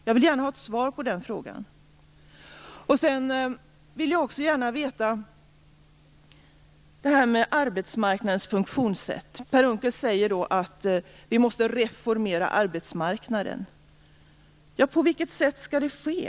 Jag vill gärna ha ett svar på den frågan. Per Unckel säger att vi måste reformera arbetsmarknadens funktionssätt. Men på vilket sätt skall det ske?